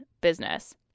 business